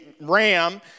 ram